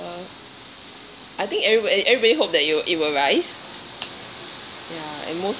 I think everybody everybody hope that it will it will rise ya and most